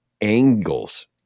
angles